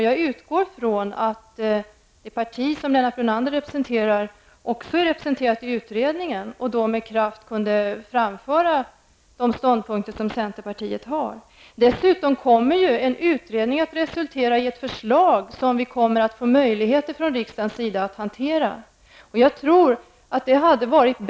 Jag utgår ifrån att det parti som Lennart Brunander representerar också är representerat i utredningen och därmed med kraft kan framföra de ståndpunkter som centerpartiet har. Dessutom kommer ju en utredning att resultera i ett förslag som riksdagen får möjlighet att hantera.